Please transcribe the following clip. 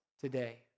today